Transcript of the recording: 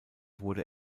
wurde